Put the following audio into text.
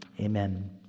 Amen